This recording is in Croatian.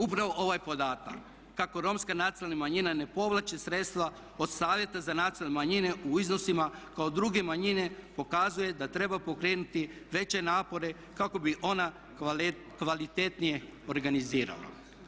Upravo ovaj podatak kako Romska nacionalna manjina ne povlači sredstva od Savjeta za nacionalne manjine u iznosima kao druge manjine, pokazuje da treba pokrenuti veće napore kako bi ona kvalitetnije organizirala.